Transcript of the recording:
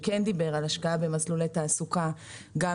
שכן דיבר על השקעה במסלולי תעסוקה גם